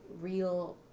real